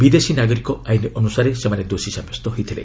ବିଦେଶୀ ନାଗରିକ ଆଇନ୍ ଅନୁସାରେ ସେମାନେ ଦୋଷୀ ସାବ୍ୟସ୍ତ ହୋଇଥିଲେ